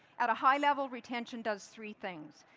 at a high level, retention does three things.